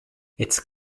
its